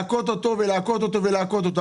להכות אותו ולהכות אותו ולהכות אותו.